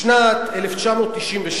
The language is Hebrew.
בשנת 1996,